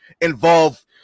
involve